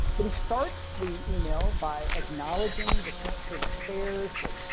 but he starts the email by acknowledging the current state of affairs with